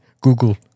Google